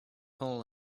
whole